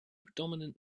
predominant